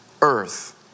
earth